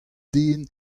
den